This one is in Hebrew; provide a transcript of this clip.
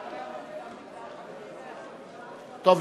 טוב,